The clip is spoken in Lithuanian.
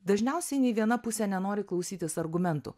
dažniausiai nei viena pusė nenori klausytis argumentų